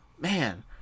Man